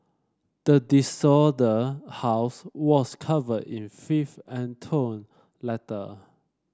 the house was covered in filth and torn letter